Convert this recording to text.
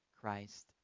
Christ